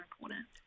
important